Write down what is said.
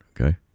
okay